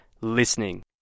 listening